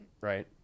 right